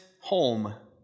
home